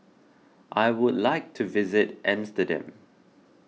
I would like to visit Amsterdam